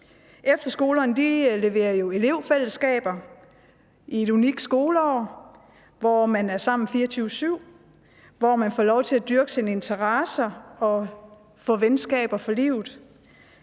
Efterskolerne leverer jo elevfællesskaber i et unikt skoleår, hvor man er sammen 24-7, hvor man får lov til at dyrke sine interesser, og hvor man får venskaber for livet.